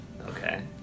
Okay